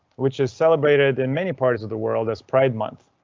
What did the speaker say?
which is celebrated in many parts of the world as pride month.